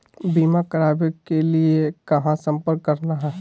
बीमा करावे के लिए कहा संपर्क करना है?